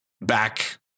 back